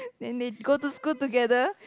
then they go to school together